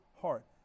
heart